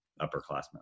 upperclassmen